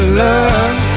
love